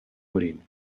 morint